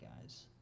guys